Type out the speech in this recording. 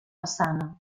façana